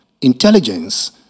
intelligence